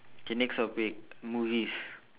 okay next topic movies